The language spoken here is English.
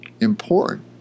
Important